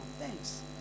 Thanks